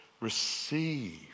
receive